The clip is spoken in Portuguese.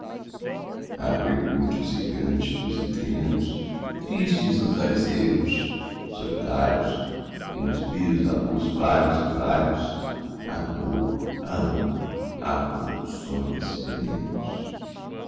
há prelúdios e cânticos e trenos tristes nos ares ermos solitários e nos brilhos da luz vagos e vários há dor há luto há convulsões venenos